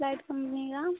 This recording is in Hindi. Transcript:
फ्लाइट कम्पनी का